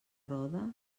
roda